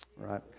Right